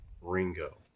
Ringo